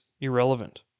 irrelevant